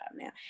now